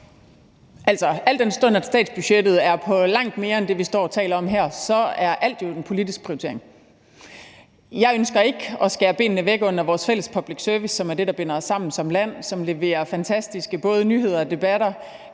al den stund at statsbudgettet er på langt mere end det, vi taler om her, så er alt jo en politisk prioritering. Jeg ønsker ikke at skære benene væk under vores fælles public service-ydelser, som er det, der binder os sammen som land, og som leverer fantastiske både nyheder og debatter,